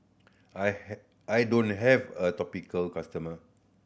I I don't have a customer